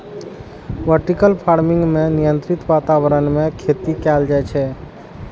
vertical farming मे नियंत्रित वातावरण मे खेती कैल जाइ छै